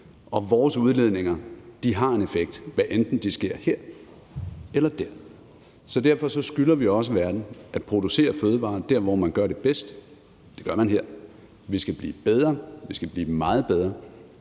Og vores udledninger har en effekt, hvad enten de sker her eller der. Så derfor skylder vi også verden at producere fødevarer dér, hvor man gør det bedst, og det gør man her. Vi skal blive bedre, vi skal blive meget bedre,